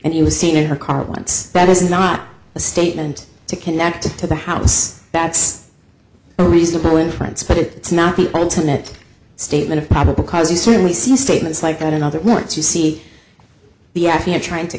and he was seen in her car once that is not a statement to connect to the house that's a reasonable inference but it's not the ultimate statement of probable cause you certainly see statements like that in other words you see the f b i trying to